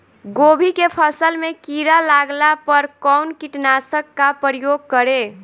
गोभी के फसल मे किड़ा लागला पर कउन कीटनाशक का प्रयोग करे?